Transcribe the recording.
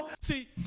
see